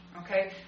okay